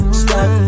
stop